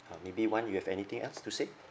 uh maybe Wan you have anything else to say